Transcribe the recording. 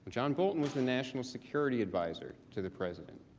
john bolton was a national security advisor to the president.